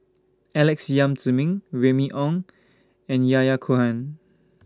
Alex Yam Ziming Remy Ong and Yahya Cohen